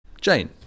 Jane